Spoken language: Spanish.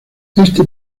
este